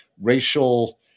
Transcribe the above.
Racial